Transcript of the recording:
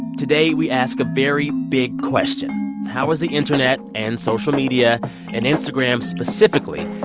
today we ask a very big question how is the internet and social media and instagram, specifically,